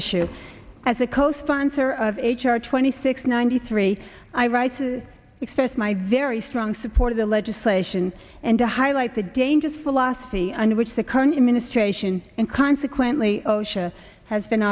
issue as a co sponsor of h r twenty six ninety three i write to express my very strong support of the legislation and to highlight the dangers philosophy under which the current administration and consequently osha has been